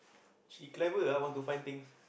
she clever ah want to find things